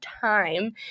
time